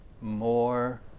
more